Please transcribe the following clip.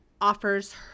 offers